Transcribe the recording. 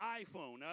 iPhone